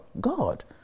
God